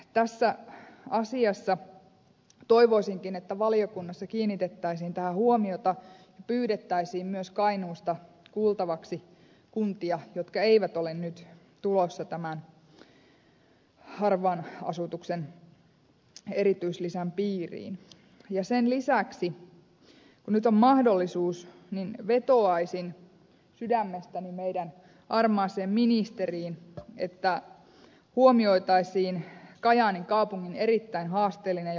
tässä asiassa toivoisinkin että valiokunnassa kiinnitettäisiin tähän huomiota pyydettäisiin myös kainuusta kuultavaksi kuntia jotka eivät ole nyt tulossa tämän harvan asutuksen erityislisän piiriin ja sen lisäksi kun nyt on mahdollisuus vetoaisin sydämestäni meidän armaaseen ministeriin että huomioitaisiin kajaanin kaupungin erittäin haasteellinen ja vaikea tilanne